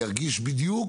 ירגיש בדיוק